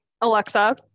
Alexa